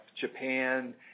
Japan